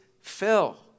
fell